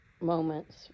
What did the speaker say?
moments